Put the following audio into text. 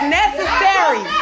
necessary